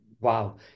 Wow